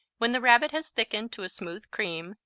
when the rabbit has thickened to a smooth cream,